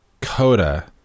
Coda